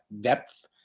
depth